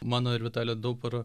mano ir vitalio dauparo